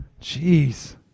Jeez